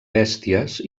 bèsties